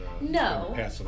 No